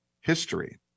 history